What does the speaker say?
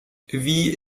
wie